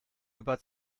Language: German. über